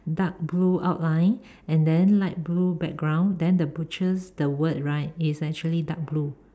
dark blue outline and then light blue background then the butcher's the word right is actually dark blue